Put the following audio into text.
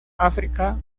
áfrica